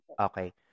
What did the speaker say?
Okay